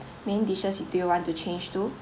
main dishes do you want to change to